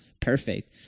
perfect